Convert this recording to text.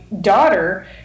daughter